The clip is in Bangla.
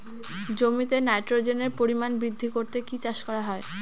জমিতে নাইট্রোজেনের পরিমাণ বৃদ্ধি করতে কি চাষ করা হয়?